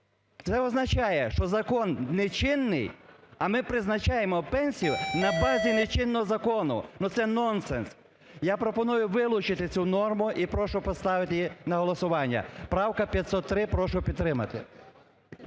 Це означає, що закон нечинний, а ми призначаємо пенсію на базі нечинного закону. Ну, це нонсенс. Я пропоную вилучити цю норму. І прошу поставити її на голосування. Правка 503, прошу підтримати.